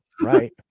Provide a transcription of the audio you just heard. right